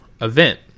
event